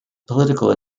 political